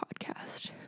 podcast